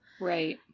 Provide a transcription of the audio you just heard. Right